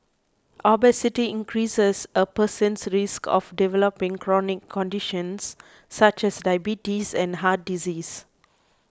obesity increases a person's risk of developing chronic conditions such as diabetes and heart disease